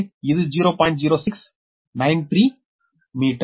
0693 metre